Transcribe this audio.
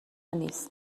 نیست